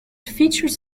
features